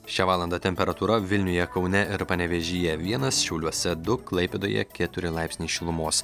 šią valandą temperatūra vilniuje kaune ir panevėžyje vienas šiauliuose du klaipėdoje keturi laipsniai šilumos